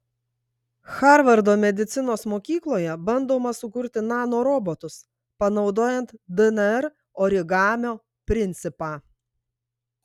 harvardo medicinos mokykloje bandoma sukurti nanorobotus panaudojant dnr origamio principą